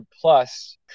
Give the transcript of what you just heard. plus